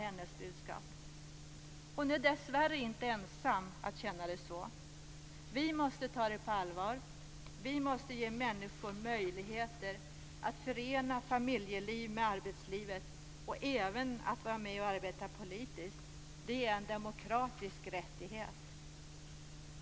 Hon är dessvärre inte ensam om att känna så. Vi måste ta det på allvar. Vi måste ge människor möjligheter att förena familjeliv med arbetsliv och även att vara med och arbeta politiskt. Det är en demokratisk rättighet.